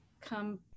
come